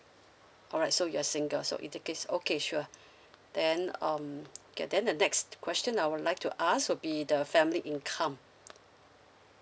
alright so you are single so in this case okay sure then um okay then the next question I would like to ask would be the family income